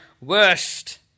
worst